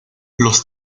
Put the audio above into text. los